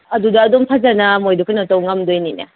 ꯑꯗꯨꯗ ꯑꯗꯨꯝ ꯐꯖꯅ ꯃꯣꯏꯗꯨ ꯀꯩꯅꯣ ꯇꯧ ꯉꯝꯗꯣꯏꯅꯤꯅꯦ